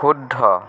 শুদ্ধ